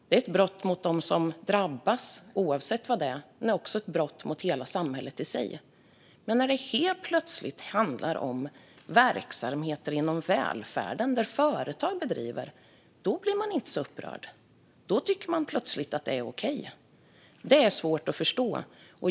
Det är ett brott mot dem som drabbas, oavsett vad det är, men det är också ett brott mot hela samhället i sig. Men när det handlar om verksamheter inom välfärden som bedrivs av företag blir man inte så upprörd. Då tycker man plötsligt att det är okej. Det är svårt att förstå.